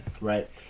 Right